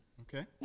Okay